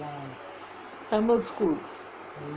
tamil school